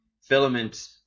Filament